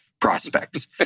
prospects